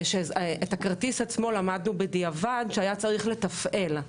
את הכרטיס עצמו למדנו בדיעבד שהיה צריך לתפעל.